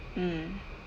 mm